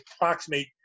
approximate